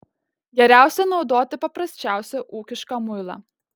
geriausia naudoti paprasčiausią ūkišką muilą